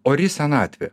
ori senatvė